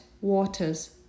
waters